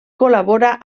col·labora